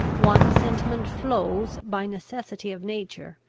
one sentiment flows, by necessity of nature,